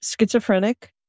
schizophrenic